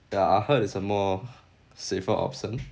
ya I heard it's a more safer option